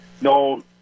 no